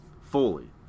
fully